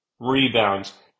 rebounds